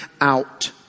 out